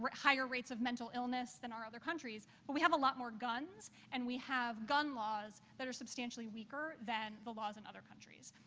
but higher rates of mental illness than our other countries, but we have a lot more guns. and we have gun laws that are substantially weaker than the laws of and other countries.